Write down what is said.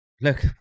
look